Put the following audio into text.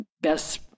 best